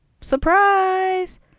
surprise